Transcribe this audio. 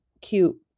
cute